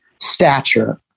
stature